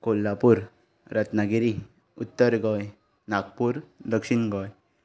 कोल्हापूर रत्नागिरी उत्तर गोंय नागपूर दक्षिण गोंय